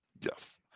Yes